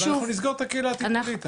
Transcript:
אז אנחנו נסגור את הקהילה הטיפולית.